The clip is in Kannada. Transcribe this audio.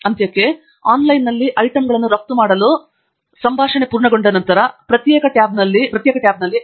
ಅಂತ್ಯಕ್ಕೆ ಆನ್ಲೈನ್ನಲ್ಲಿ ಐಟಂಗಳನ್ನು ರಫ್ತು ಮಾಡಲು ಸಂಭಾಷಣೆ ಪೂರ್ಣಗೊಂಡ ನಂತರ ಪ್ರತ್ಯೇಕ ಟ್ಯಾಬ್ನಲ್ಲಿ endnote